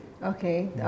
Okay